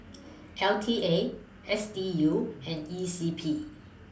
L T A S D U and E C P